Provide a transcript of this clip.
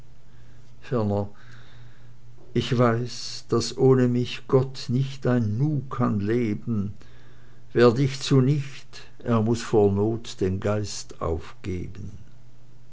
ich weiß daß ohne mich gott nicht ein nun kann leben werd ich zunicht er muß vor not den geist aufgeben